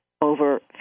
over